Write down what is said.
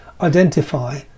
identify